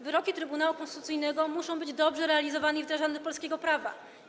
Wyroki Trybunału Konstytucyjnego muszą być dobrze realizowane i wdrażane do polskiego prawa.